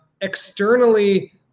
externally